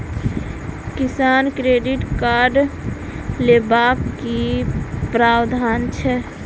किसान credit card लेबाक की प्रावधान छै?